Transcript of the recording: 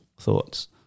thoughts